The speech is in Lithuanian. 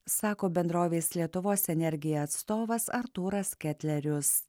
sako bendrovės lietuvos energija atstovas artūras ketlerius